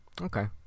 Okay